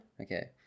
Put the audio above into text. Okay